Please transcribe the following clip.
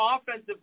offensive